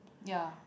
ya